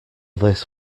this